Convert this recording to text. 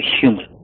human